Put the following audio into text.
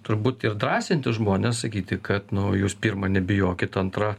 turbūt ir drąsinti žmones sakyti kad nu jūs pirma nebijokit antra